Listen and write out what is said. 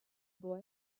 boy